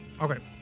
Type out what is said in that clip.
okay